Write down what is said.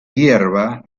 hierba